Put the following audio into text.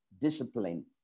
discipline